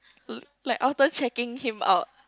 like Elton checking him out